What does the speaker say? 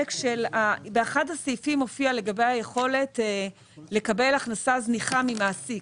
באחד הסעיפים מופיע לגבי היכולת לקבל הכנסה זניחה ממעסיק.